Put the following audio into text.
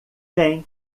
tem